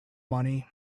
money